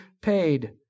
paid